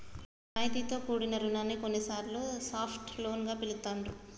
రాయితీతో కూడిన రుణాన్ని కొన్నిసార్లు సాఫ్ట్ లోన్ గా పిలుత్తాండ్రు